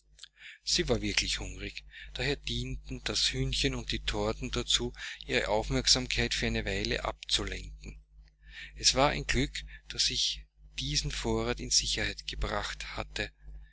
sie war wirklich hungrig daher dienten das hühnchen und die torten dazu ihre aufmerksamkeit für eine weile abzulenken es war ein glück daß ich diesen vorrat in sicherheit gebracht hatte